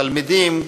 תלמידים,